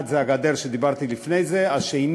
אחד זה הגדר, שדיברתי עליה לפני כן, השני